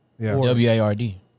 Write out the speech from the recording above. W-A-R-D